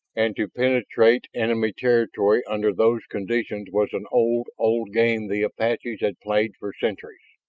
and to penetrate enemy territory under those conditions was an old, old game the apaches had played for centuries.